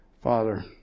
Father